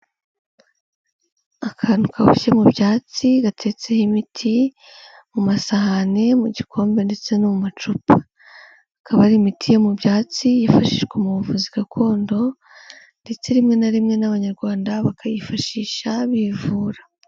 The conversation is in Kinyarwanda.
Akantu kaboshye mu byatsi gateretseho imiti, mu masahani, mu gikombe ndetse no mu macupa. Akaba ari imiti yo mu byatsi yifashishwa mu buvuzi gakondo ndetse rimwe na rimwe n'abanyarwanda bakayifashisha bivura.